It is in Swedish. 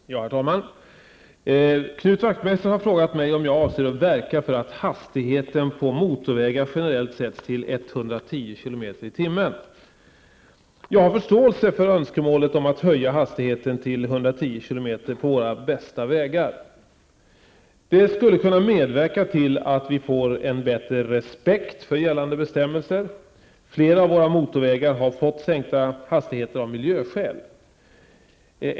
Herr talman! Knut Wachtmeister har frågat mig om jag avser att verka för att hastigheten på motorvägar generellt sätts till 110 km tim på våra bästa vägar. Det skulle kunna medverka till att vi får en bättre respekt för gällande bestämmelser. Flera av våra motorvägar har fått sänkta hastighetsgränser av miljöskäl.